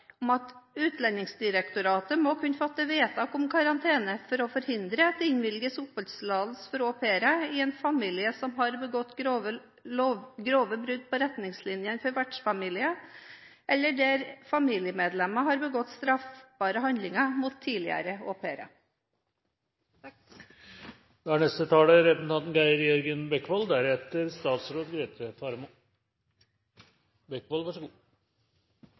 om at Utlendingsdirektoratet må kunne fatte vedtak om karantene for å forhindre at det innvilges oppholdstillatelse for au pairer i en familie som har begått grove brudd på retningslinjene for vertsfamilier, eller der familiemedlemmer har begått straffbare handlinger mot tidligere